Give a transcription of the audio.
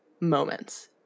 moments